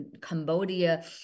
Cambodia